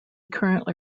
currently